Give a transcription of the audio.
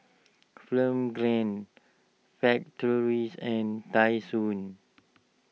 Film Grade Factories and Tai Sun